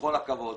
בכל הכבוד,